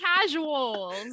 casuals